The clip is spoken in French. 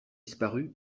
disparu